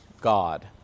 God